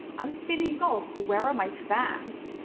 i'm spinning gold, where are my fans?